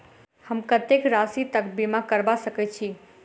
हम कत्तेक राशि तकक बीमा करबा सकै छी?